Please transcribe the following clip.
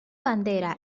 bandera